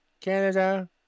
Canada